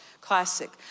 classic